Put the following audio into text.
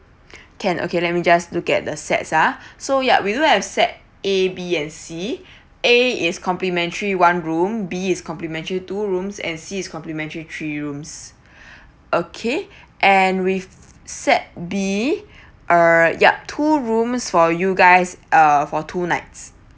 can okay let me just look at the sets uh so ya we do have set A C and C A is complimentary one room B is complementary two rooms and C is complementary three rooms okay and with set B uh yup two rooms for you guys uh for two nights